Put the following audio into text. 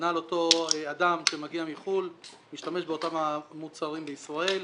כנ"ל אותו אדם שמגיע מחו"ל משתמש באותם מוצרים בישראל.